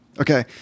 Okay